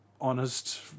honest